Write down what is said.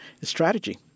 strategy